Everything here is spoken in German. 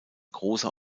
großer